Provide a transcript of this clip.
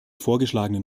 vorgeschlagenen